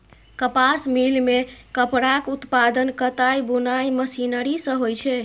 कपास मिल मे कपड़ाक उत्पादन कताइ बुनाइ मशीनरी सं होइ छै